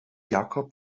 jacob